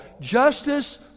justice